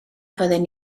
fydden